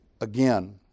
again